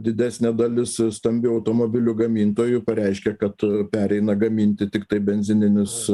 didesnė dalis stambių automobilių gamintojų pareiškė kad pereina gaminti tiktai benzininius